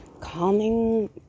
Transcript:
calming